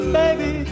baby